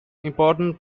important